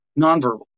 nonverbal